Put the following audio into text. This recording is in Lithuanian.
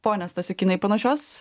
pone stasiukynai panašios